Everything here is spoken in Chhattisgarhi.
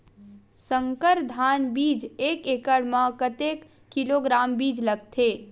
संकर धान बीज एक एकड़ म कतेक किलोग्राम बीज लगथे?